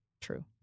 True